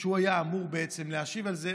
שהיה אמור בעצם להשיב על זה,